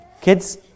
Kids